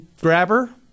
grabber